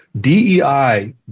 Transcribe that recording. DEI